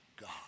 God